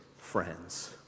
friends